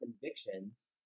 convictions